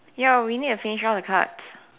ya we need to finish all the cards